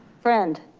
friend?